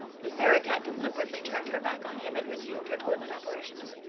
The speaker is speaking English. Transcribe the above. the sarah-cat deliberately turned her back on him and resumed her toilet operations.